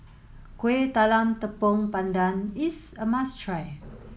Kuih Talam Tepong Pandan is a must try